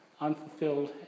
unfulfilled